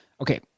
Okay